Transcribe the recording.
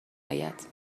اید